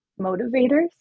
motivators